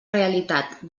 realitat